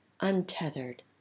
untethered